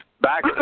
Back